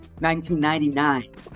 1999